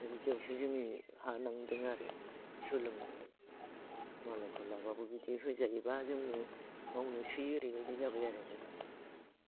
दा बिदियावसो जोङो हानांदों आरो सोलोंनांदो मालायफोर लाब्लाबो बिदि होजायोब्ला जोंनो मावनोसै ओरै बायदि जाबाय आरो जोंहा